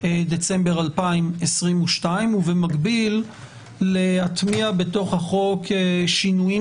דצמבר 2022 ובמקביל להטמיע בתוך החוק שינוים